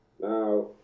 Now